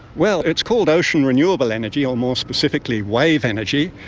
well, it's called ocean renewable energy, or more specifically wave energy,